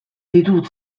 ditut